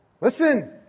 listen